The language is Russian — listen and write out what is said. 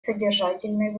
содержательные